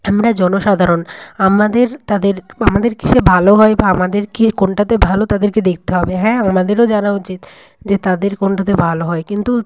আমরা জনসাধারণ আমাদের তাদের বা আমাদের কীসে ভালো হয় বা আমাদেরকে কোনটাতে ভালো তাদেরকে দেখতে হবে হ্যাঁ আমাদেরও জানা উচিত যে তাদের কোনটাতে ভালো হয় কিন্তু